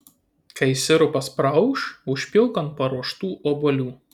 kai sirupas praauš užpilk ant paruoštų obuolių